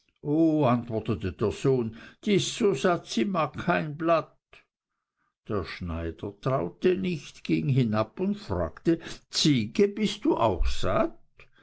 o antwortete der sohn die ist so satt sie mag kein blatt der schneider traute nicht ging hinab und fragte ziege bist du auch satt